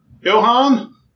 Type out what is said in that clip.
Johan